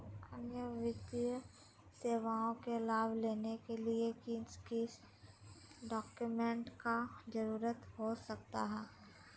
अन्य वित्तीय सेवाओं के लाभ लेने के लिए किस किस डॉक्यूमेंट का जरूरत हो सकता है?